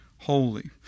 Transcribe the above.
Holy